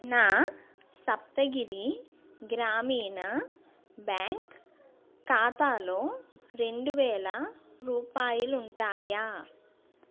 నా సప్తగిరి గ్రామీణ బ్యాంక్ ఖాతాలో రెండువేల రూపాయాలుంటాయా